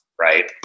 right